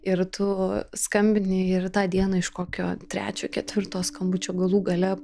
ir tu skambini ir tą dieną iš kokio trečio ketvirto skambučio galų gale